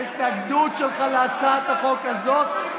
ההתנגדות שלך להצעת החוק הזאת,